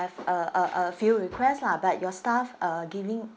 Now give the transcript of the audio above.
a a a few request lah but your staff uh giving